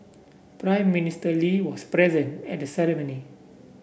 Prime Minister Lee was present at the ceremony